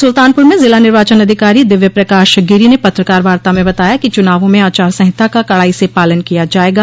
सुल्तानपुर में जिला निर्वाचन अधिकारी दिव्य प्रकाश गिरि ने पत्रकार वार्ता में बताया कि चुनावों में आचार संहिता का कड़ाई से पालन किया जायेगा